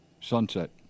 Sunset